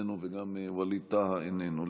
איננו,